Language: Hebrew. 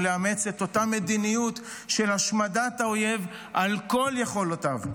ולאמץ את אותה מדיניות של השמדת האויב על כל יכולותיו.